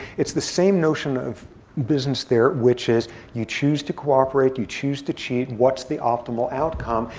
it's the same notion of business there, which is you choose to cooperate, you choose to cheat, what's the optimal outcome.